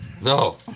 No